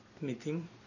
meeting